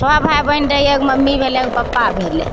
छओ भाय बहिन रहियै एगो मम्मी भेलय एगो पप्पा भेलय